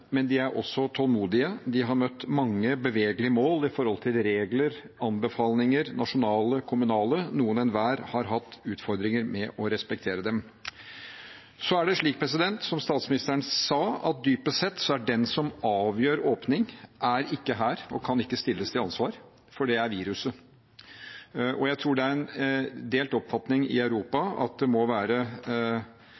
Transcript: men de er også tålmodige, de har møtt mange bevegelige mål når det gjelder regler, anbefalinger – nasjonale, kommunale – noen og hver har hatt utfordringer med å respektere dem. Så er det slik, som statsministeren sa, at dypest sett så er den som avgjør åpning, ikke her og kan ikke stilles til ansvar, for det er viruset. Og jeg tror det er en delt oppfatning i Europa